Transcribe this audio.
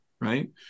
right